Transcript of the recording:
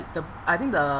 the I think the